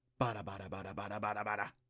Bada-bada-bada-bada-bada-bada